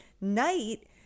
night